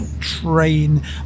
train